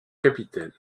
capitaine